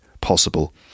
possible